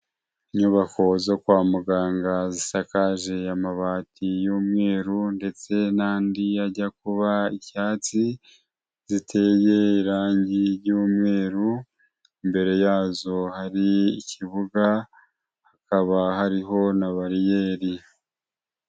Inyubako zo kwa muganga zisakaje amabati y'umweru ndetse n'andi ajya kuba icyatsi, ziteye irange ry'umweru imbere yazo hari ikibuga, hakaba hariho na bariyeri.